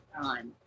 time